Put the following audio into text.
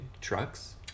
trucks